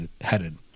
headed